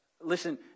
Listen